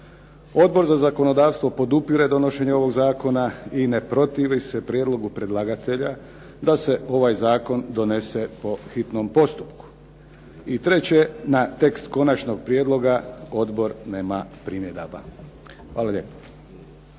Odbor za zakonodavstvo podupire donošenje ovog zakona i ne protivi se prijedlogu predlagatelja da se ovaj zakon donese po hitnom postupku. I treće, na tekst konačnog prijedloga odbor nema primjedaba. Hvala lijepo.